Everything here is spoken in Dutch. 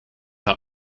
haar